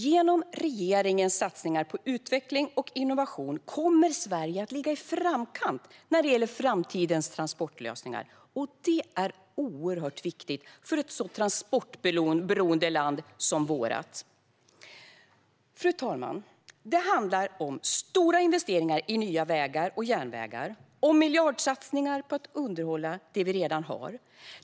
Genom regeringens satsningar på utveckling och innovation kommer Sverige att ligga i framkant när det gäller framtidens transportlösningar, och det är oerhört viktigt för ett så transportberoende land som vårt. Fru talman! Det handlar om stora investeringar i nya vägar och järnvägar och om miljardsatsningar på att underhålla det vi redan har.